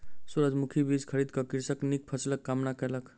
सूरजमुखी बीज खरीद क कृषक नीक फसिलक कामना कयलक